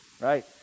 right